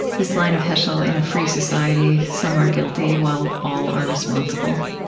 this line of heschel in a free society, some are guilty, while all are responsible.